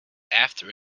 after